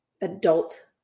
adult